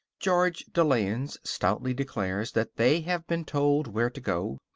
george de layens stoutly declares that they have been told where to go